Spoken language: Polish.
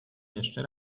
jeszcze